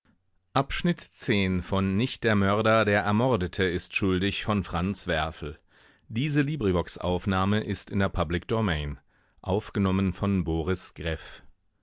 nicht der mörder der ermordete ist schuldig